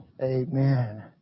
Amen